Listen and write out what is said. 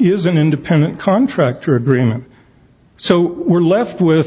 is an independent contractor agreement so we're left with